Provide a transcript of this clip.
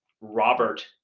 Robert